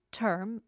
term